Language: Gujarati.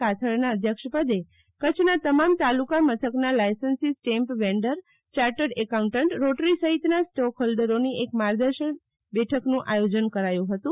કાથડના અધ્યક્ષપદે કચ્છના તમામ તાલુકા મથકના licensee stamp vendor chartered accountant rotary સહિતના સ્ટોક હોલ્ડરોની એક માર્ગદર્શક બેઠકનું આયોજન કરાયુ હતું